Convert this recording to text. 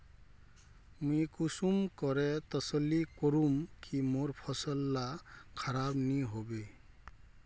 मुई कुंसम करे तसल्ली करूम की मोर फसल ला खराब नी होबे?